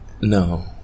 No